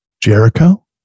Jericho